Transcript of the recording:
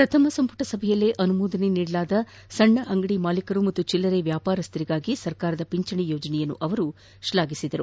ಪ್ರಥಮ ಸಂಪುಟ ಸಭೆಯಲ್ಲೇ ಅನುಮೋದನೆ ನೀಡಲಾದ ಸಣ್ಣ ಅಂಗದಿ ಮಾಲೀಕರು ಮತ್ತು ಚಿಲ್ಲರೆ ವ್ಯಾಪಾರಸ್ಥರಿಗಾಗಿ ಸರ್ಕಾರದ ಪಿಂಚಣಿ ಯೋಜನೆಯನ್ನು ಶ್ಲಾಘಿಸಿದರು